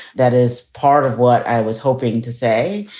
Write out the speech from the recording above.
that is part of what i was hoping to say,